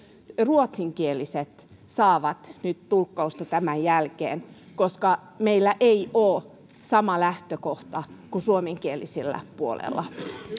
ruotsinkieliset saavat nyt tulkkausta tämän jälkeen koska meillä ei ole sama lähtökohta kuin suomenkielisellä puolella